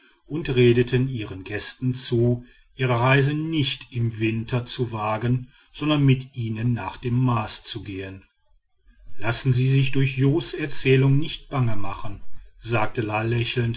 und redeten ihren gästen zu ihre reise nicht im winter zu wagen sondern mit ihnen nach dem mars zu gehen lassen sie sich durch jos erzählung nicht bange machen sagte